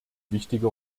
wichtige